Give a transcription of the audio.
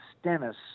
Stennis